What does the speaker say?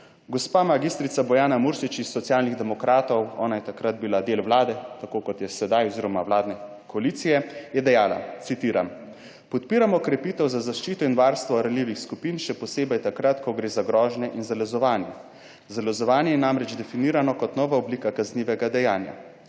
Gospa mag. Bojana Muršič iz Socialnih demokratov, ona je takrat bila del Vlade, tako kot je sedaj oziroma vladne koalicije, je dejala, citiram: »Podpiramo krepitev za zaščito in varstvo ranljivih skupin, še posebej takrat, ko gre za grožnje **73. TRAK: (SC) – 15.00** (nadaljevanje) in zalezovanje. Zalezovanje je namreč definirano kot nova oblika kaznivega dejanja.